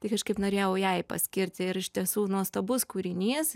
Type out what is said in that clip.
tai kažkaip norėjau jai paskirti ir iš tiesų nuostabus kūrinys